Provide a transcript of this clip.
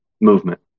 movement